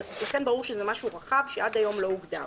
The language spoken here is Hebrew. ולכן ברור שזה משהו רחב שעד היום לא הוגדר.